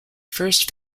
first